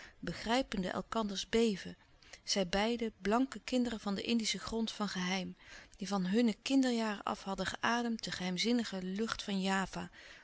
begrijpende elkanders beven zij beiden blanke kinderen van den indischen grond van geheim die van hunne kinderjaren af hadden geademd de geheimzinnige lucht van java